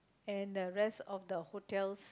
and the rest of the hotel